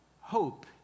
hope